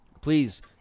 Please